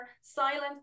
silent